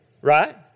Right